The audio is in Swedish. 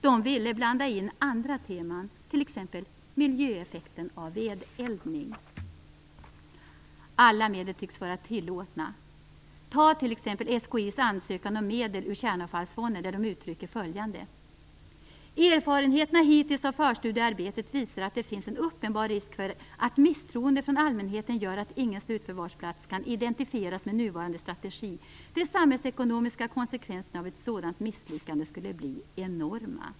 Den ville blanda in andra teman, t.ex. Alla medel tycks vara tillåtna. Ta t.ex. SKI:s ansökan om medel ur Kärnavfallsfonden, där man framhåller följande: Erfarenheterna hittills av förstudiearbetet visar att det finns en uppenbar risk för att misstroende från allmänheten gör att ingen slutförvarsplats kan identifieras med nuvarande strategi. De samhällsekonomiska konsekvenserna av ett sådant misslyckande skulle bli enorma.